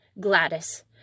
Gladys